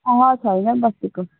अहँ छैन बस्तीको